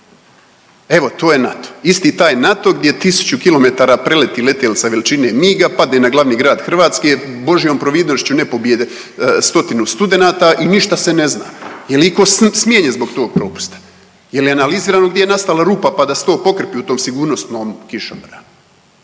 Evo to je NATO. Isti taj NATO gdje tisuću kilometara preleti letjelica veličina MIG-a, padne na glavni grad Hrvatske, Božjom providnošću ne pobije stotinu studenata i ništa se ne zna. Jel itko smijenjen zbog tog propusta? Je li analizirano gdje je nastala rupa pa da se to pokrpi u tom sigurnosnom kišobranu?